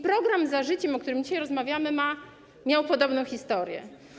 Program „Za Życiem”, o którym dzisiaj rozmawiamy, miał podobną historię.